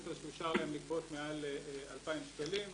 הספר שאושר להם לגבות מעל 2,000 שקלים.